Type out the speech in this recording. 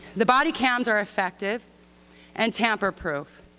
the body cams are effective and tamperproof.